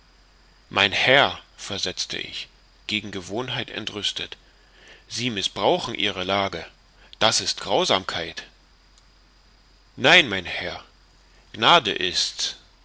mein herr versetzte ich gegen gewohnheit entrüstet sie mißbrauchen ihre lage das ist grausamkeit nein mein herr gnade ist's